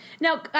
now